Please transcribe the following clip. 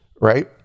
Right